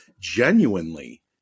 genuinely